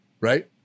right